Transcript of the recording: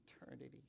eternity